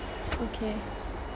okay